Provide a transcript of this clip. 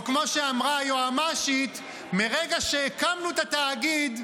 או כמו שאמרה היועמ"שית: מרגע שהקמנו את התאגיד,